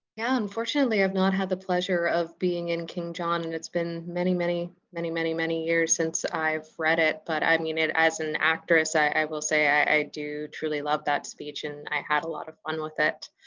yeah, unfortunately i've not had the pleasure of being in king john, and it's been many, many, many, many, many years since i've read it, but i mean, as an actress i i will say i do truly love that speech and i had a lot of fun with it.